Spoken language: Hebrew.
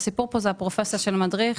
הסיפור פה זה הפרופסיה של המדריך,